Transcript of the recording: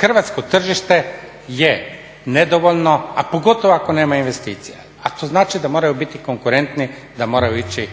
Hrvatsko tržište je nedovoljno, a pogotovo ako nema investicija, a to znači da moraju biti konkurentni, da moraju ići